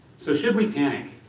so should we panic?